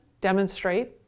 demonstrate